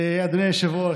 אדוני היושב-ראש,